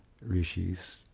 rishis